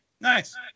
Nice